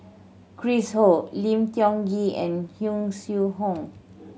Chris Ho Lim Tiong Ghee and Yong Shu Hoong